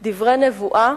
מצטט דברי נבואה,